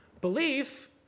Belief